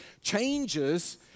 changes